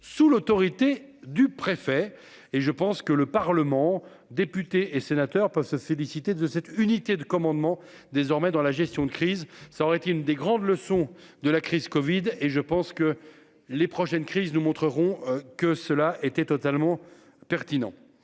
sous l'autorité du préfet et je pense que le Parlement, députés et sénateurs peuvent se féliciter de cette unité de commandement désormais dans la gestion de crise, ça aurait été une des grandes leçons de la crise Covid. Et je pense que les prochaines crises nous montrerons que cela était totalement pertinent.